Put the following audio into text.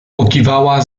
pokiwała